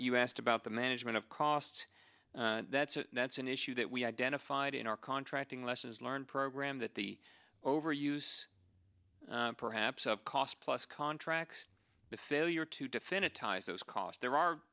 you asked about the management of costs that's a that's an issue that we identified in our contracting lessons learned program that the overuse perhaps of cost plus contracts the failure to defend it ties those costs there are